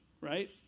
right